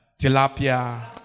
tilapia